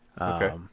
Okay